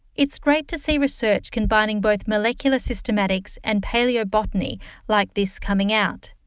it's great to see research combining both molecular systematics and paleobotany like this coming out,